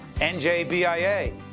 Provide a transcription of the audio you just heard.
NJBIA